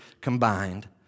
combined